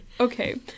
Okay